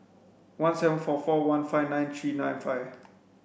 one seven four four one five nine three nine five